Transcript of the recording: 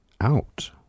out